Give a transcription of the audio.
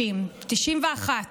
90, 91,